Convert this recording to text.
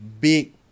big